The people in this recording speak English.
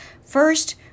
First